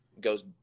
goes